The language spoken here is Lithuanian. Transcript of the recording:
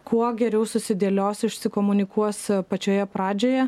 kuo geriau susidėlios išsikomunikuos pačioje pradžioje